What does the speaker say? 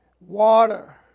Water